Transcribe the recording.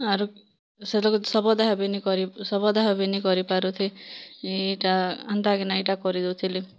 ଆରୁ ସେତକ ଶବ ଦାହ ବି ନି କରି ଶବ ଦାହ ବି ନି କରି ପାରୁଥାଇ ଇ'ଟା ହେନ୍ତା କି ନା ଇ'ଟା କରି ଦେଉଥିଲି